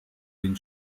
den